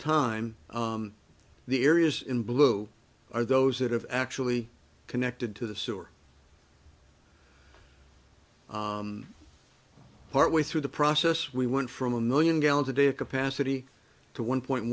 time the areas in blue are those that have actually connected to the sewer partway through the process we went from a million gallons a day of capacity to one point